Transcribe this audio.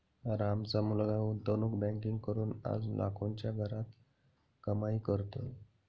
रामचा मुलगा गुंतवणूक बँकिंग करून आज लाखोंच्या घरात कमाई करतोय